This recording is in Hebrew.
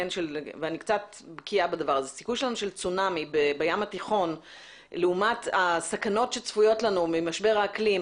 אני קצת בקיאה בדבר הזה - לעומת הסכנות שצפויות לנו ממשבר האקלים,